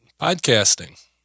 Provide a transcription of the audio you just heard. podcasting